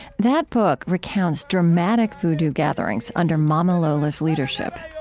that book recounts dramatic vodou gatherings under mama lola's leadership